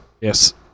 Yes